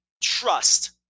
trust –